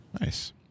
Nice